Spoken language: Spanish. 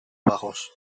bajos